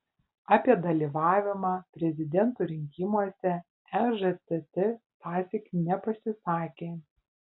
apie dalyvavimą prezidento rinkimuose ežtt tąsyk nepasisakė